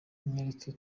mwereke